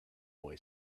boy